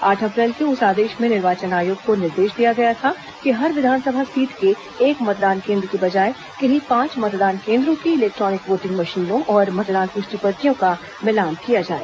आठ अप्रैल के उस आदेश में निर्वाचन आयोग को निर्देश दिया गया था कि हर विधानसभा सीट के एक मतदान केंद्र के बजाए किन्हीं पांच मतदान केंद्रों की इलैक्ट्रॉनिक वोटिंग मशीनों और मतदान पुष्टि पर्चियों का मिलान किया जाए